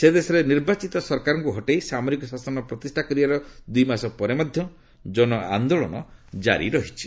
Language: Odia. ସେ ଦେଶରେ ନିର୍ବାଚିତ ସରକାରଙ୍କୁ ହଟାଇ ସାମରିକ ଶାସନ ପ୍ରତିଷ୍ଠା କରିବାର ଦୁଇମାସ ପରେ ମଧ୍ୟ ଜନଆନ୍ଦୋଳନ କାରି ରହିଛି